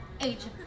Agent